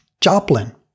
Joplin